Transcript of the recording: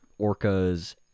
orcas